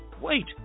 Wait